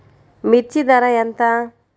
మిర్చి ధర ఎంత?